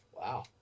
Wow